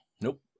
Nope